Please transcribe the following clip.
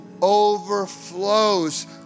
Overflows